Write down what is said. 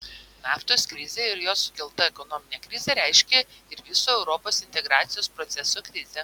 naftos krizė ir jos sukelta ekonominė krizė reiškė ir viso europos integracijos proceso krizę